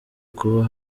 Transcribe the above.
kuba